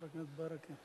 חבר הכנסת ברכה.